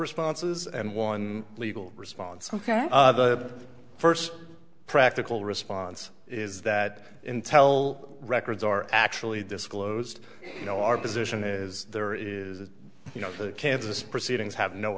responses and one legal response first practical response is that intel records are actually disclosed you know our position is there is you know the kansas proceedings have no